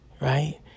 right